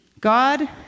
God